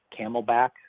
Camelback